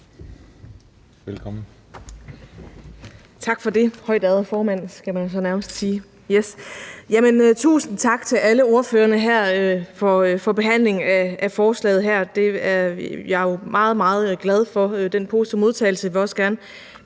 Tusind tak til alle ordførerne her for behandlingen af forslaget her. Jeg er meget, meget glad for den positive modtagelse,